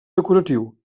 decoratiu